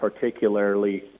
particularly